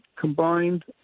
combined